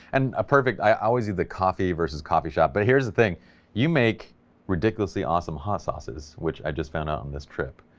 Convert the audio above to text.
and a perfect, i always do the coffee versus coffee shop. but here's the thing you make ridiculously awesome hot sauces, which i just found out on this trip,